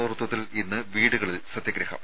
നേതൃത്വത്തിൽ ഇന്ന് വീടുകളിൽ സത്യഗ്രഹം